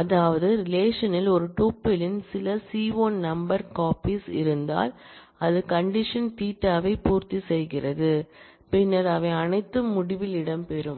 அதாவது ரிலேஷன்ல் ஒரு டூப்பிளின் சில சி1 நம்பர் காபிஸ் இருந்தால் அது கண்டிஷன் தீட்டாவை பூர்த்தி செய்கிறது பின்னர் அவை அனைத்தும் முடிவில் இடம்பெறும்